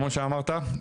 כמו שאמרת,